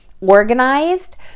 organized